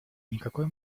никакой